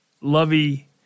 Lovey